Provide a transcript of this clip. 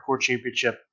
Championship